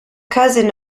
cousin